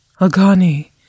Agani